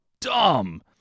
dumb